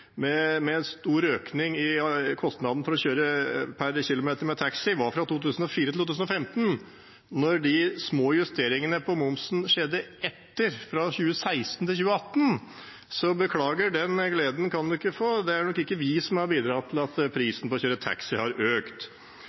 med en stor økning i kostnaden per kilometer for å kjøre med taxi, var fra 2004 til 2015. De små justeringene av momsen skjedde etterpå, fra 2016 til 2018. Så beklager, den gleden kan de ikke få. Det er nok ikke vi som har bidratt til at prisen for å kjøre taxi har økt.